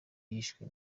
yishwe